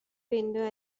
window